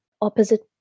opposite